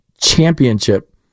championship